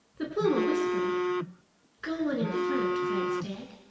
the puma whispered go on in front, friend stag,